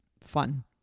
fun